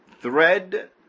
thread